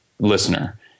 listener